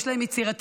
יש להם יצירתיות,